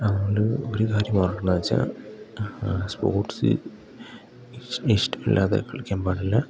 നമ്മൾ ഒരു കാര്യം ഓർക്കേണ്ടെന്ന് വെച്ചാൽ സ്പോർട്സ് ഇഷ്ടമല്ലാതെ കളിക്കാൻ പാടില്ല